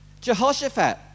Jehoshaphat